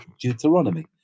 Deuteronomy